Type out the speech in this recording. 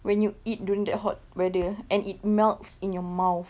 when you eat during that hot weather and it melts in your mouth